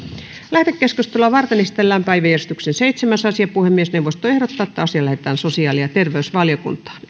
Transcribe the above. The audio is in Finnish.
lähetekeskustelua varten esitellään päiväjärjestyksen seitsemäs asia puhemiesneuvosto ehdottaa että asia lähetetään sosiaali ja terveysvaliokuntaan